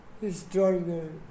historical